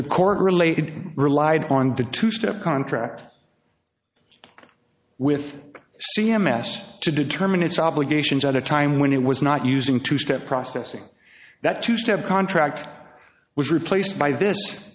the court related relied on the two step contract with c m s to determine its obligations at a time when it was not using two step process that two step contract was replaced by this